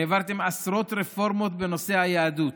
העברתם עשרות רפורמות בנושא היהדות,